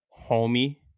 homie